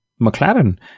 McLaren